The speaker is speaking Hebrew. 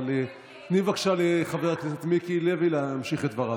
אבל תני בבקשה לחבר הכנסת מיקי לוי להמשיך את דבריו.